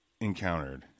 encountered